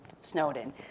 Snowden